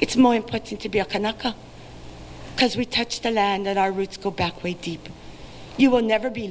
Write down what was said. it's more important to be a cannot because we touch the land that our roots go back way deep you will never be